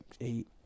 eight